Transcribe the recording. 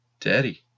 daddy